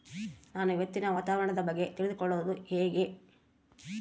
ನಾನು ಇವತ್ತಿನ ವಾತಾವರಣದ ಬಗ್ಗೆ ತಿಳಿದುಕೊಳ್ಳೋದು ಹೆಂಗೆ?